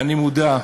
אני מודע.